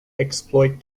exploit